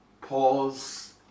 pause